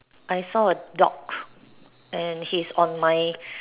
I saw a dog and he's on my